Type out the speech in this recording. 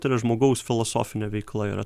tai yra žmogaus filosofinė veikla yra